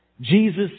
Jesus